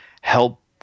help